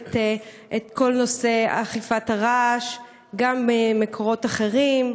אוכפת בכל נושא הרעש גם ממקורות אחרים,